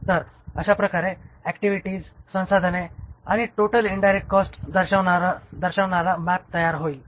तर अशा प्रकारे ऍक्टिव्हिटीज संसाधने आणि टोटल इन्डायरेक्ट कॉस्ट दर्शवणारा मॅप तयार होईल